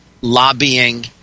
lobbying